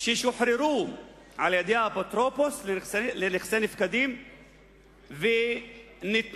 ששוחרו על-ידי האפוטרופוס לנכסי נפקדים וניתנו